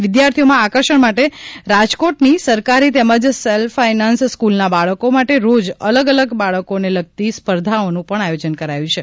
વિદ્યાર્થીઓમાં આકર્ષણ માટે રાજકોટની સરકારી તેમજ સેલ્ફ ફાઇનાન્સ સ્કુલના બાળકો માટે રોજ અલગ અલગ બાળકોને લગતી સ્પર્ધાઓનું પણ આયોજન કરવામાં આવ્યું છે